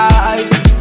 eyes